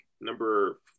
number